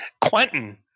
Quentin